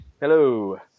Hello